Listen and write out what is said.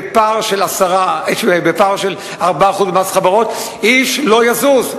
בפער של 4% במס חברות איש לא יזוז.